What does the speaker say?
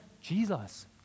Jesus